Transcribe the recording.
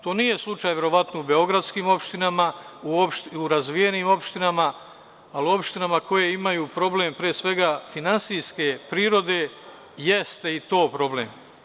To nije slučaj verovatno u beogradskim opštinama, u razvijenim opštinama, ali u opštinama koje imaju problem finansijske prirode jeste i to problem.